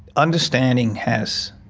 understanding has